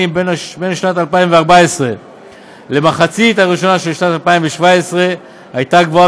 בין שנת 2014 למחצית הראשונה של שנת 2017 הייתה גדולה